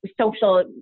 social